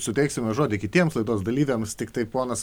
suteiksime žodį kitiems laidos dalyviams tiktai ponas